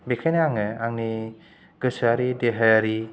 बेखायनो आङो आंनि गोसोआरि देहायारि